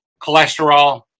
Cholesterol